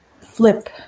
flip